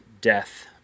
death